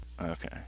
Okay